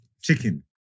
Chicken